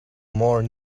more